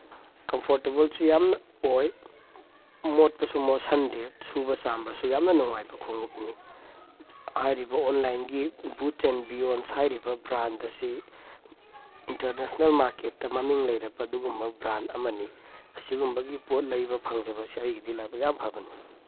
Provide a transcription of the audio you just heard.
ꯀꯝꯐꯣꯔꯇꯦꯕꯜꯁꯨ ꯌꯥꯝꯅ ꯑꯣꯏ ꯃꯣꯠꯄꯁꯨ ꯃꯣꯠꯁꯤꯟꯗꯦ ꯁꯨꯕ ꯆꯥꯝꯕꯁꯨ ꯌꯥꯝꯅ ꯅꯨꯡꯉꯥꯏꯕ ꯈꯣꯡꯎꯞꯅꯤ ꯍꯥꯏꯔꯤꯕ ꯑꯣꯟꯂꯥꯏꯟꯒꯤ ꯕꯨꯠꯁ ꯑꯦꯟ ꯕꯤꯌꯣꯟ ꯍꯥꯏꯔꯤꯕ ꯕ꯭ꯔꯥꯟ ꯑꯁꯤ ꯏꯟꯇꯔꯅꯦꯁꯅꯦꯜ ꯃꯥꯔꯀꯦꯠꯇ ꯃꯃꯤꯡ ꯂꯩꯔꯕ ꯑꯗꯨꯒꯨꯝꯕ ꯕ꯭ꯔꯥꯟ ꯑꯃꯅꯤ ꯑꯁꯤꯒꯨꯝꯕꯒꯤ ꯄꯣꯠ ꯂꯩꯕ ꯐꯪꯖꯕ ꯑꯁꯤ ꯑꯩꯒꯤꯗꯤ ꯂꯥꯏꯕꯛ ꯌꯥꯝ ꯐꯕꯅꯤ